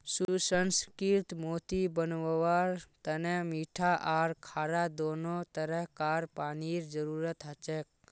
सुसंस्कृत मोती बनव्वार तने मीठा आर खारा दोनों तरह कार पानीर जरुरत हछेक